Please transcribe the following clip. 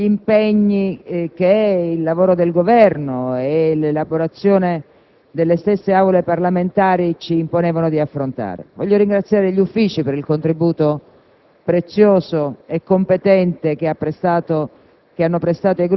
che potremmo definire costantemente emergenziale, gli impegni che il lavoro del Governo e l'elaborazione delle stesse Aule parlamentari hanno imposto di affrontare. Desidero poi ringraziare gli uffici, per il contributo